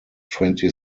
twenty